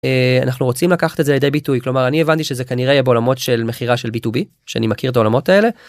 אנחנו רוצים לקחת את זה לידי ביטוי כלומר אני הבנתי שזה כנראה בעולמות של מכירה של B2B, שאני מכיר את העולמות האלה,